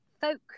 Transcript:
folk